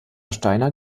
steiner